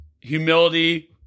Humility